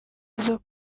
izo